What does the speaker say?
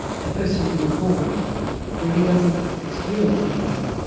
the person who was born really doesn't experience anything.